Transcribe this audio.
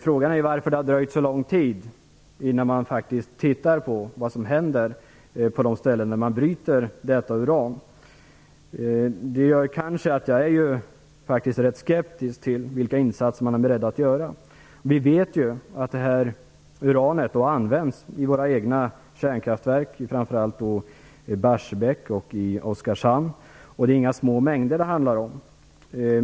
Frågan är varför det har dröjt så lång tid innan de faktiskt har tagit reda på vad som händer på de ställen där man bryter uranet. Jag är rätt skeptisk till uppgifterna om vilka insatser de är beredda att göra. Vi vet att det här uranet används i våra egna kärnkraftverk, framför allt i Barsebäck och i Oskarshamn, och att det inte handlar om några små mängder.